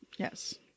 Yes